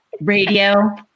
radio